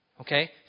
Okay